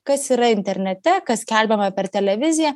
kas yra internete kas skelbiama per televiziją